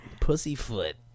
Pussyfoot